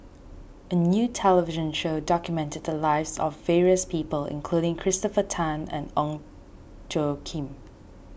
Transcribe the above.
a new television show documented the lives of various people including Christopher Tan and Ong Tjoe Kim